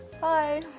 bye